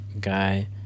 guy